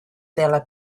tela